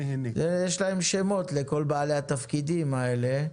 יש שמות לכל בעלי התפקידים האלה.